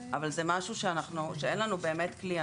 אבל זה משהו שאנחנו שאין לנו באמת כלי,